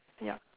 yup